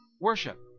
Worship